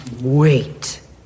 wait